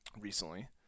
recently